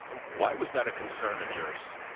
why was that a concern of yours?